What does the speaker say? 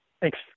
Thanks